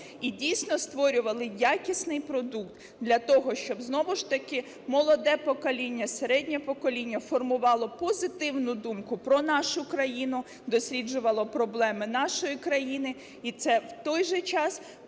і дійсно створювали якісний продукт для того, щоб знову ж таки молоде покоління, середнє покоління формувало позитивну думку про нашу країну, досліджувало проблеми нашої країни і це в той же час